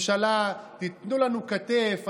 תיתנו לנו כתף,